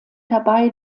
dabei